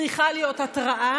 צריכה להיות התראה,